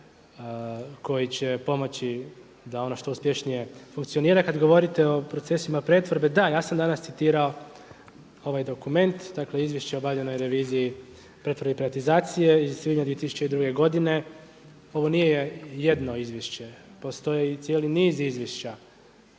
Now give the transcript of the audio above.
koji će pomoći da ono što uspješnije funkcionira. Kada govorite o procesima pretvorbe, da, ja sam danas citirao ovaj dokument, dakle izvješće o obavljenoj reviziji pretvorbe i privatizacije iz svibnja 2002. godine. Ovo nije jedino izvješće, postoji cijeli niz izvješća